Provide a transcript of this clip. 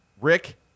Rick